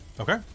Okay